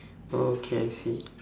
oh K I see